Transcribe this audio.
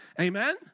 Amen